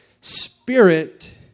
spirit